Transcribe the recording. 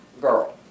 girl